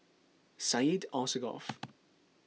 Syed Alsagoff